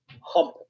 hump